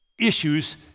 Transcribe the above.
issues